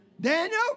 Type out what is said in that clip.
Daniel